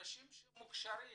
אנשים שהם מוכשרים